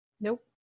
Nope